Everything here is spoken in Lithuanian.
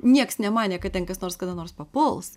nieks nemanė kad ten kas nors kada nors papuls